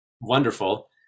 wonderful